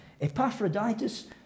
Epaphroditus